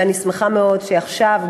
ואני שמחה מאוד שעכשיו,